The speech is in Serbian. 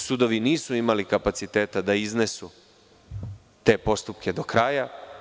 Sudovi nisu imali kapaciteta da iznesu te postupke do graja.